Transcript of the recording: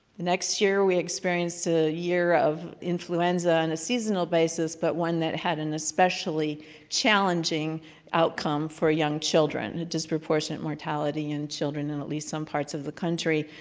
next year we experienced the year of influenza on a seasonal basis but one that had an especially challenging outcome for young children. the disproportionate mortality in children in at least some parts of the country,